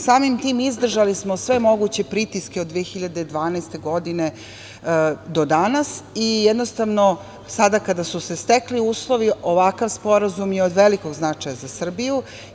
Samim tim, izdržali smo sve moguće pritiske od 2012. godine do danas i sada kada su se stekli uslovi, ovakav sporazum je od velikog značaja za Srbiju.